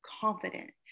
confident